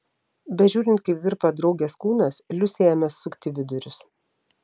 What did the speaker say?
bežiūrint kaip virpa draugės kūnas liusei ėmė sukti vidurius